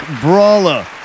brawler